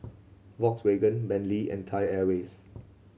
Volkswagen Bentley and Thai Airways